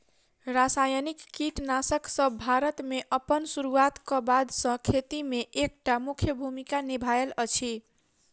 रासायनिक कीटनासकसब भारत मे अप्पन सुरुआत क बाद सँ खेती मे एक टा मुख्य भूमिका निभायल अछि